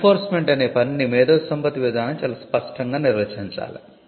enforce meant అనే పనిని మేధోసంపత్తి విధానం చాల స్పష్టంగా నిర్వచించాలి